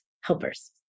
helpers